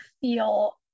feel